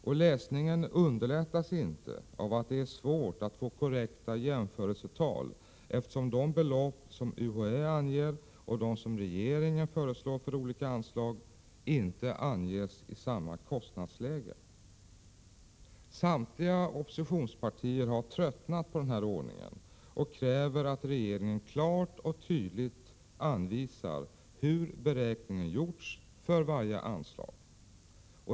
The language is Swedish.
Och läsningen underlättas inte av att det är svårt att få korrekta jämförelsetal, eftersom de belopp som UHÄ anger och de som regeringen föreslår för olika anslag inte anges i samma kostnadsläge. Samtliga oppositionspartier har tröttnat på den här ordningen och kräver att regeringen klart och tydligt anvisar hur beräkningen gjorts för varje anslag.